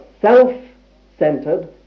self-centered